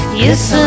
yes